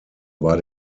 war